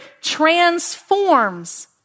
transforms